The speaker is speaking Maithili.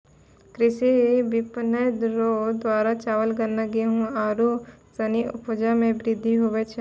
कृषि विपणन रो द्वारा चावल, गन्ना, गेहू आरू सनी उपजा मे वृद्धि हुवै छै